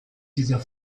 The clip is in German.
dieser